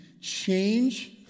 change